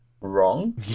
wrong